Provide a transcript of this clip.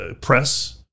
press